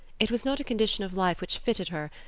it was not a condition of life which fitted her,